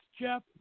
Jeff